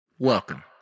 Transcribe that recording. Welcome